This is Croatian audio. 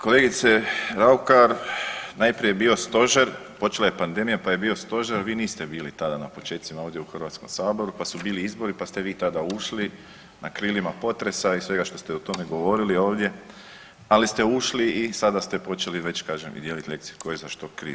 Kolegice Raukar, najprije je bio stožer, počela je pandemija, pa je bio stožer, vi niste bili tada na počecima ovdje u HS, pa su bili izbori, pa ste vi tada ušli na krilima potresa i svega što ste o tome govorili ovdje, ali ste ušli i sada ste počeli već kažem i dijelit lekcije tko je za što kriv.